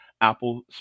Apple